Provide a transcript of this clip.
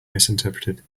misinterpreted